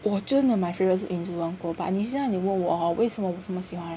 我真的 my favorites is 云之王国 but 你现在你问我为什么这么喜欢